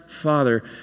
Father